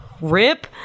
Rip